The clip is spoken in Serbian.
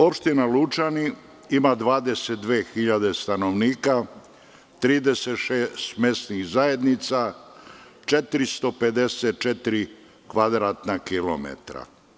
Opština Lučani ima 22 hiljade stanovnika, 36 mesnih zajednica, 454 kvadratna kilometra.